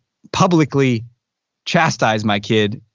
publicly chastise my kid.